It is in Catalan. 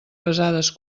pesades